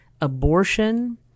Abortion